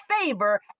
favor